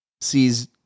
sees